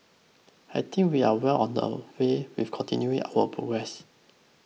I think we are well on our way with continuing our progress